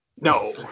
No